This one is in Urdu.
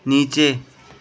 نیچے